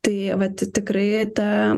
tai vat tikrai ta